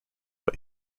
but